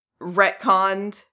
retconned